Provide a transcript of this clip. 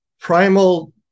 primal